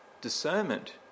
discernment